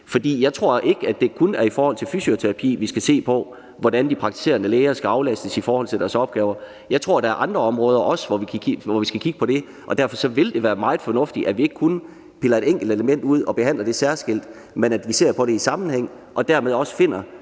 jeg tror ikke, at det kun er i forhold til fysioterapi, at vi skal se på, hvordan de praktiserende læger skal aflastes i forhold til deres opgaver. Jeg tror også, at der er andre områder, som vi skal kigge på i forhold til det. Derfor vil det være meget fornuftigt, at vi ikke kun piller et enkelt element ud og behandler det særskilt, men at vi ser på det i sammenhæng og dermed også finder